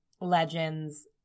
legends